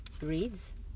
reads